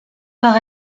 par